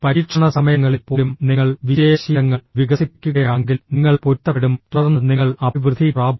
പരീക്ഷണ സമയങ്ങളിൽ പോലും നിങ്ങൾ വിജയ ശീലങ്ങൾ വികസിപ്പിക്കുകയാണെങ്കിൽ നിങ്ങൾ പൊരുത്തപ്പെടും തുടർന്ന് നിങ്ങൾ അഭിവൃദ്ധി പ്രാപിക്കും